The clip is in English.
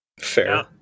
Fair